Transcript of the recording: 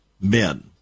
men